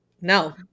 No